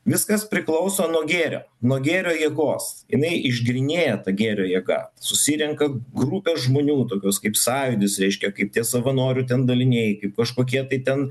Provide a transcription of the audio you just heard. viskas priklauso nuo gėrio nuo gėrio jėgos jinai išgrynėja ta gėrio jėga susirenka grupė žmonių tokios kaip sąjūdis reiškia kaip tie savanorių ten daliniai kaip kažkokie tai ten